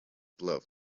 glove